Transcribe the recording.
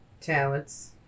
talents